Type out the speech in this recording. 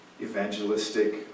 evangelistic